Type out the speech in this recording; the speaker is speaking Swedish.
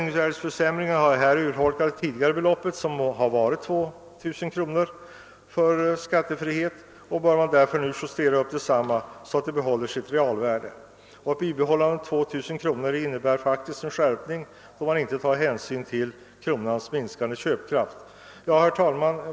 Gränsen är redan nu 2 000 kr., och penningvärdeförsämringen har urholkat detta belopp. För att det skattefria beloppet skall behålla sitt realvärde bör det med hänsyn till kronans minskade köpkraft justeras upp. Herr talman!